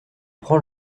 prend